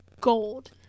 gold